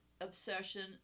obsession